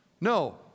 No